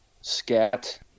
scat